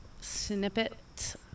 snippet